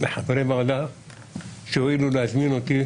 לחברי הוועדה שהואילו להזמין אותי